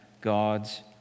God's